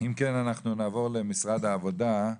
אם כן, אנחנו נעבור למשרד העבודה.